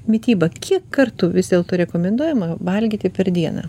mityba kiek kartų vis dėlto rekomenduojama valgyti per dieną